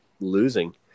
losing –